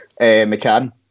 McCann